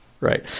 right